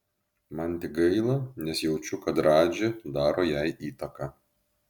man tik gaila nes jaučiu kad radži daro jai įtaką